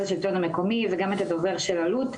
השלטון המקומי וגם את הדובר של אלו"ט.